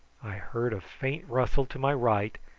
i heard a faint rustle to my right,